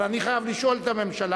אבל אני חייב לשאול את הממשלה,